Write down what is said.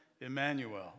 Emmanuel